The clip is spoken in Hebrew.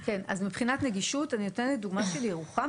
אז מבחינת נגישות: אני נותנת דוגמה של ירוחם,